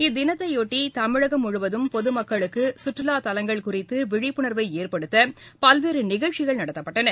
இத்தினத்தையொட்டி தமிழகம் முழுவதும் பொதுமக்களுக்கு கற்றுவாத் தலங்கள் குறித்து விழிப்புணர்வை ஏற்படுத்த பல்வேறு நிகழ்ச்சிகள் நடத்தப்பட்டன